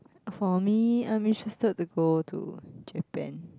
for me I'm interested to go to Japan